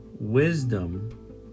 wisdom